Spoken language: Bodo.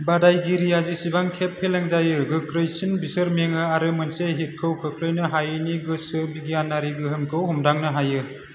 बादायगिरिया जेसेबां खेब फेलें जायो गोख्रैसिन बिसोर मेङा आरो मोनसे हिटखौ खोख्लैनो हायैनि गोसो बिगियानारि गोहोमखौ हमदांनो हायो